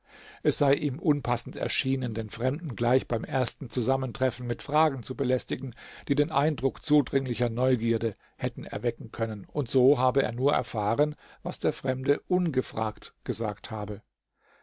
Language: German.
es sei ihm unpassend erschienen den fremden gleich beim ersten zusammentreffen mit fragen zu belästigen die den eindruck zudringlicher neugierde hätten erwecken können und so habe er nur erfahren was der fremde ungefragt gesagt habe